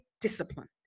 discipline